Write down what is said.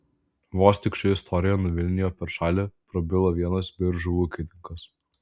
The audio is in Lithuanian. vos tik ši istorija nuvilnijo per šalį prabilo vienas biržų ūkininkas